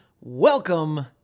welcome